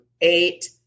eight